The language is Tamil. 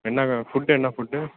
என்ன ஃபுட்டு என்ன ஃபுட்டு